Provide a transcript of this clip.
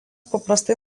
paprastai